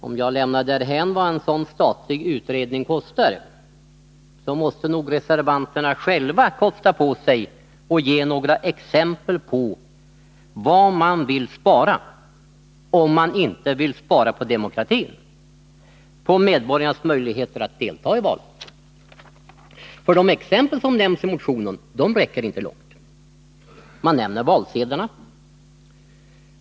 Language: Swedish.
Om jag lämnar därhän vad en sådan statlig utredning kostar, måste nog reservanterna själva kosta på sig att ge några exempel på vad man vill spara, om man inte vill spara på demokratin, på medborgarnas möjligheter att deltaga i valen. De exempel som nämns i motionen räcker inte långt. Man nämner valsedlarna.